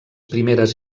primeres